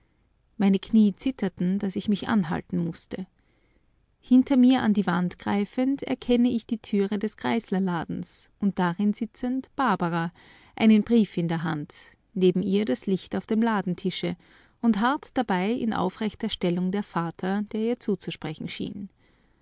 meine knie zitterten daß ich mich anhalten mußte hinter mir an die wand greifend erkenne ich die türe des grieslerladens und darin sitzend barbara einen brief in der hand neben ihr das licht auf dem ladentische und hart dabei in aufrechter stellung ihr vater der ihr zuzusprechen schien